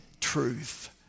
truth